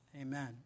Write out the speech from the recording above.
Amen